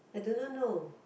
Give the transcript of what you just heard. I do not know